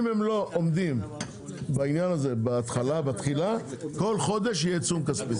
אם הם לא עומדים כל חודש יהיה עיצום כספי,